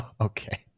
Okay